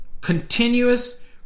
continuous